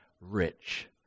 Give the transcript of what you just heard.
rich